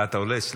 אה, אתה עולה?